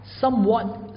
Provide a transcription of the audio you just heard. somewhat